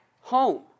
home